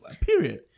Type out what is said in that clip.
period